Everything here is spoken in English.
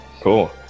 Cool